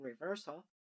reversal